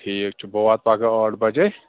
ٹھیٖک چھُ بہٕ واتہٕ پَگاہ ٲٹھ بَجے